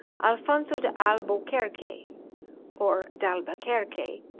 alfonzo d'alboquerque or d'albuquerque,